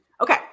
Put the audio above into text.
Okay